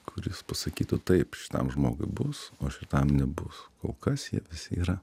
kuris pasakytų taip šitam žmogui bus o šitam nebus kol kas jie visi yra